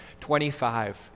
twenty-five